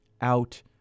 out